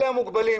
אלה המוגבלים